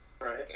Right